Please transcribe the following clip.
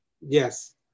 Yes